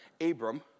Abram